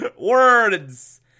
Words